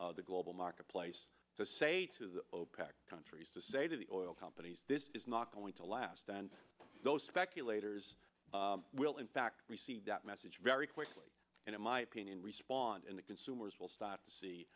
into the global marketplace so say to the opec countries to say to the oil companies this is not going to last and those speculators will in fact receive that message very quickly and in my opinion respond in the consumers will start to see